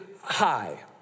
high